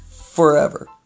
forever